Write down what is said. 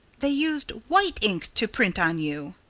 they use white ink to print on you.